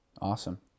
Awesome